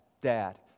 dad